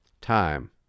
time